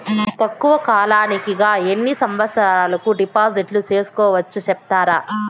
తక్కువ కాలానికి గా ఎన్ని సంవత్సరాల కు డిపాజిట్లు సేసుకోవచ్చు సెప్తారా